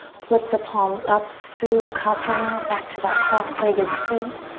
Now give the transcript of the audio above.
flip the palms up, so sukhasana. back to that cross-legged seat.